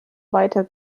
weiter